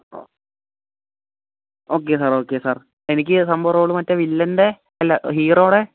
ഓ okay sir okay sir എനിക്ക് സംഭവം role മറ്റേ വില്ലൻ്റെ അല്ല ഹീറോയുടെ